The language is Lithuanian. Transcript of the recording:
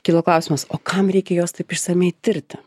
kilo klausimas o kam reikia juos taip išsamiai tirti